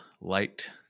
light